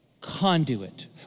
conduit